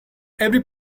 every